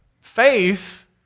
faith